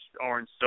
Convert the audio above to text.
orange